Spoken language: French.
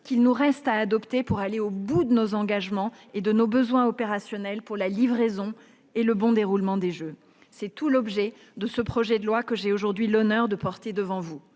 qu'il nous reste à adopter afin d'aller au bout de nos engagements et de nos besoins opérationnels pour la livraison et le bon déroulement des Jeux. C'est tout l'objet du projet de loi que j'ai aujourd'hui l'honneur de défendre devant vous.